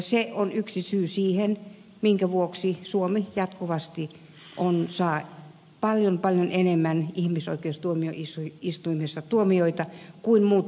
se on yksi syy siihen minkä vuoksi suomi jatkuvasti saa ihmisoikeustuomioistuimessa paljon paljon enemmän tuomioita kuin muut pohjoismaat